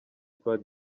croix